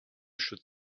should